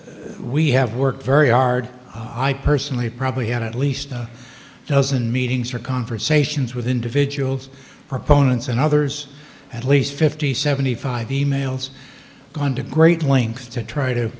it's we have worked very hard i personally probably had at least a dozen meetings or conversations with individuals proponents and others at least fifty seventy five emails going to great lengths to try to